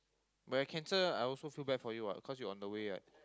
but you cancel I also feel bad for you what cause you on the way right